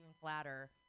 flatter